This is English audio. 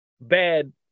bad